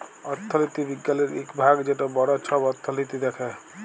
অথ্থলিতি বিজ্ঞালের ইক ভাগ যেট বড় ছব অথ্থলিতি দ্যাখে